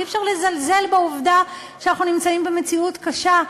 אי-אפשר לזלזל בעובדה שאנחנו נמצאים במציאות קשה,